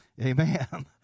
Amen